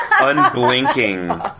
unblinking